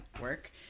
work